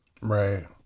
Right